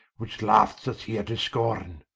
which laugh'st vs here to scorn,